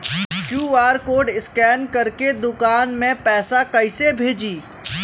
QR code scan करके दुकान में पैसा कइसे भेजी?